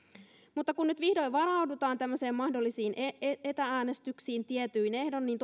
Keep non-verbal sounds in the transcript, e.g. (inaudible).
mutta kun nyt vihdoin varaudutaan tämmöisiin mahdollisiin etä äänestyksiin tietyin ehdoin niin (unintelligible)